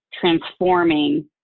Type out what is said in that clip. transforming